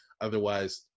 Otherwise